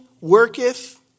worketh